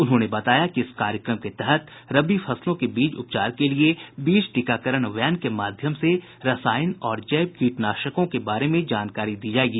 उन्होंने बताया कि इस कार्यक्रम के तहत रबी फसलों के बीज उपचार के लिए बीज टीकाकरण वैन के माध्यम से रसायन और जैव कीटनाशकों के बारे में जानकारी दी जायेगी